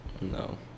No